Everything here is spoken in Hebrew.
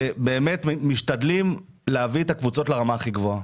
ובאמת משתדלים להביא את הקבוצות לרמה הכי גבוהה.